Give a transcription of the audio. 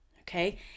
okay